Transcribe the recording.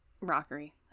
Rockery